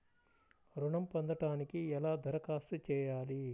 ఋణం పొందటానికి ఎలా దరఖాస్తు చేయాలి?